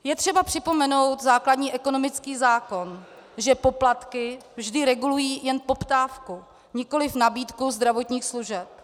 Je třeba připomenout základní ekonomický zákon, že poplatky vždy regulují jen poptávku, nikoliv nabídku zdravotních služeb.